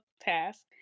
task